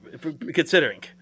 considering